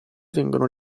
vengono